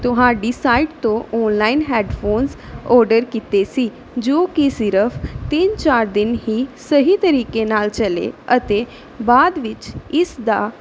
ਤੁਹਾਡੀ ਸਾਈਟ ਤੋਂ online headphones order ਕੀਤੇ ਸੀ ਜੋ ਕਿ ਸਿਰਫ ਤਿੰਨ ਚਾਰ ਦਿਨ ਹੀ ਸਹੀ ਤਰੀਕੇ ਨਾਲ ਚੱਲੇ ਅਤੇ ਬਾਅਦ ਵਿੱਚ ਇਸ ਦਾ